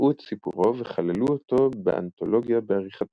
קראו את סיפורו וכללו אותו באנתולוגיה בעריכתם.